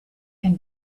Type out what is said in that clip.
can